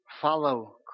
follow